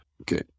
Okay